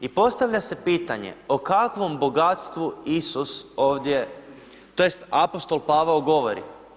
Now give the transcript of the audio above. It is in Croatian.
I postavlja se pitanje o kakvom bogatstvu Isus ovdje tj. apostol Pavao govori.